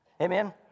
Amen